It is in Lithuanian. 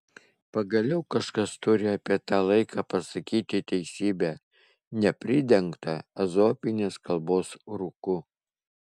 pagaliau kažkas turi apie tą laiką pasakyti teisybę nepridengtą ezopinės kalbos rūku